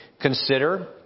consider